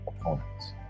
opponents